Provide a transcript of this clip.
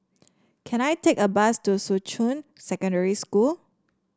can I take a bus to Shuqun Secondary School